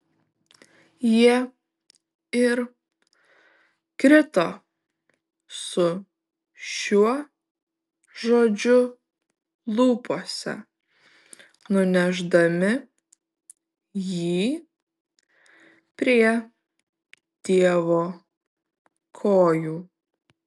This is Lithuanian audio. jie ir krito su šiuo žodžiu lūpose nunešdami jį prie dievo kojų